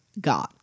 God